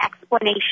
explanation